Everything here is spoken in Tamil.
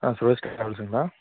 ஆ சுரேஷ் ட்ராவல்ஸ்ஸுங்களா